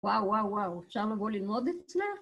וואו וואו וואו, עכשיו נבוא ללמוד את זה